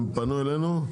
הן פנו אלינו.